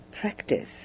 practice